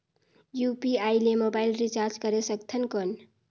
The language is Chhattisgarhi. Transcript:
यू.पी.आई ले मोबाइल रिचार्ज करे सकथन कौन?